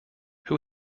who